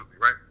Right